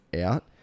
out